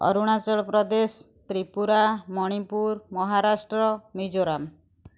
Arunachal Pradesh Tripura Manipur Maharashtra Mizoram